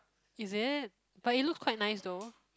is it but it looks quite nice though